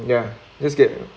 ya let's get